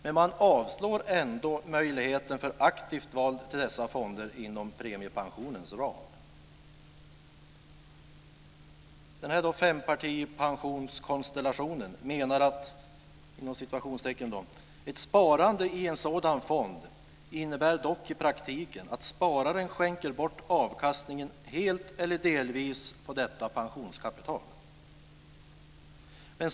Men man avslår ändå möjligheten för aktivt val till dessa fonder inom premiepensionens ram. Denna fempartipensionskonstellation skriver: "Ett sparande i en sådan fond innebär dock i praktiken att spararen skänker bort avkastningen helt eller delvis på detta pensionskapital."